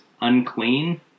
unclean